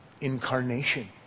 incarnation